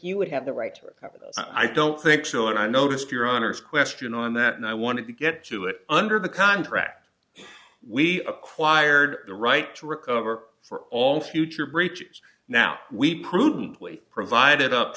you would have the right i don't think so and i noticed your honor's question on that and i want to get to it under the contract we acquired the right to recover for all future breaches now we prudently provided up